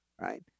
right